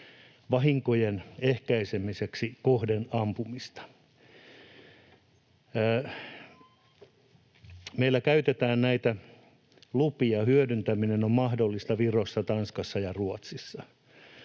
vahinkojen ehkäisemiseksi kohden ampumista. Meillä käytetään näitä lupia. Hyödyntäminen on mahdollista Virossa, Tanskassa ja Ruotsissa.